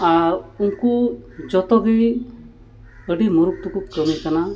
ᱟᱨ ᱩᱱᱠᱩ ᱡᱚᱛᱚ ᱜᱮ ᱟᱹᱰᱤ ᱢᱩᱨᱩᱠ ᱛᱮᱠᱚ ᱠᱟᱹᱢᱤ ᱠᱟᱱᱟ